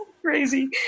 Crazy